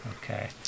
Okay